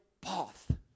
path